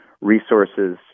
resources